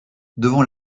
devant